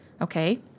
Okay